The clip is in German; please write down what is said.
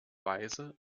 weise